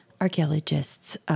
Archaeologists